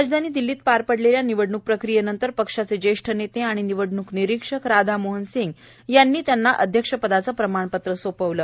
राजधानी दिल्लीत पार पडलेल्या निवडणूक प्रक्रियेनंतर पक्षाचे ज्येष्ठ नेते आणि निवडणूक निरीक्षक राधामोहन सिंग यांनी त्यांना अध्यक्ष पदाचं प्रमाण पत्र सोपवलं